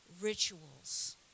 rituals